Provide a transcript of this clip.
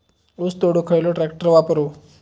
ऊस तोडुक खयलो ट्रॅक्टर वापरू?